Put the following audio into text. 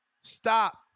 Stop